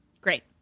Great